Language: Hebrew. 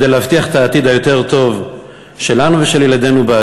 כדי להבטיח עתיד יותר טוב שלנו ושל ילדינו.